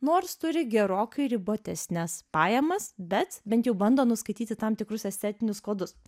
nors turi gerokai ribotesnes pajamas bet bent jau bando nuskaityti tam tikrus estetinius kodus